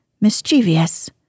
mischievous